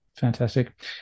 fantastic